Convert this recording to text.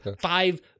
five